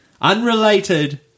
Unrelated